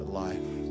life